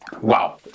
wow